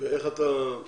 איך היא נקבעת?